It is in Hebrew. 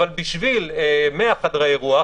אבל בשביל 100 חדרי אירוח,